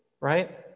right